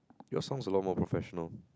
your song is a lot more professional